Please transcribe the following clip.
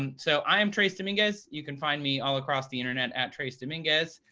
and so i am trace dominguez. you can find me all across the internet at trace dominguez.